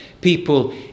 people